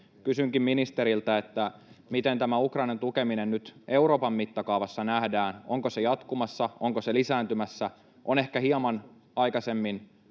Kysynkin ministeriltä: Miten tämä Ukrainan tukeminen nyt Euroopan mittakaavassa nähdään? Onko se jatkumassa, onko se lisääntymässä? On ehkä hieman aikaisemmin